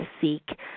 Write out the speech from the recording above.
seek